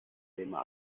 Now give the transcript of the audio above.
thema